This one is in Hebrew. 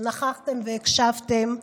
שנכחתם והקשבתם.